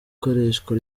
ikoreshwa